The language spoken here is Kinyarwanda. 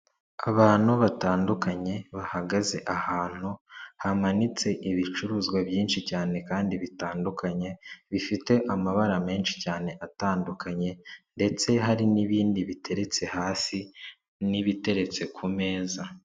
Abantu batandukanye bahagaze ahantu hamanitse ibicuruzwa byinshi cyane kandi bitandukanye bifite amabara menshi cyane atandukanye ndetse hari n'ibindi biteretse hasi n'ibiteretse ku meza.